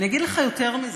אני אגיד לך יותר מזה,